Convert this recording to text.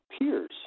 peers